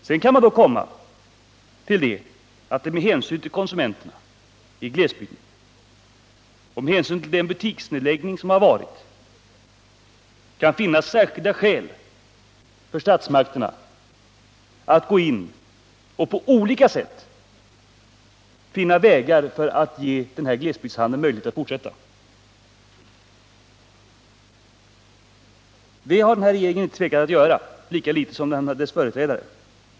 Sedan kan man komma fram till att det med hänsyn till konsumenter i Om glesbygdshanglesbygd och med hänsyn till den butiksnedläggning som skett kan finnas deln skäl för statsmakterna att på olika sätt försöka finna vägar för att ge glesbygdshandeln möjlighet att fortsätta. Det har den här regeringen inte tvekat att göra, lika litet som dess företrädare.